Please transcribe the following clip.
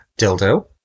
Dildo